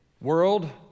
World